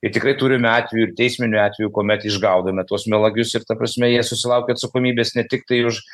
ir tikrai turime atvejų ir teisminių atvejų kuomet išgaudome tuos melagius ir ta prasme jie susilaukia atsakomybės ne tiktai už